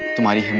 tomorrow